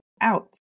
out